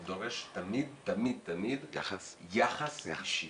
הוא דורש תמיד תמיד תמיד יחס אישי,